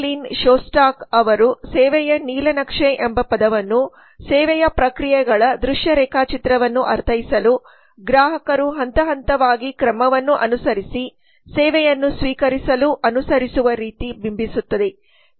Lin Shostack ಅವರು ಸೇವೆಯ ನೀಲನಕ್ಷೆ ಎಂಬ ಪದವನ್ನು ಸೇವೆಯ ಪ್ರಕ್ರಿಯೆಗಳ ದೃಶ್ಯ ರೇಖಾಚಿತ್ರವನ್ನು ಅರ್ಥೈಸಲು ಗ್ರಾಹಕರು ಹಂತ ಹಂತವಾಗಿ ಕ್ರಮವನ್ನು ಅನುಸರಿಸಿ ಸೇವೆಯನ್ನು ಸ್ವೀಕರಿಸಲು ಅನುಸರಿಸುವ ರೀತಿ ಬಿಂಬಿಸುತ್ತದೆ